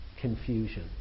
confusion